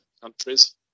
countries